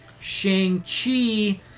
Shang-Chi